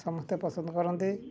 ସମସ୍ତେ ପସନ୍ଦ କରନ୍ତି